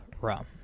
rum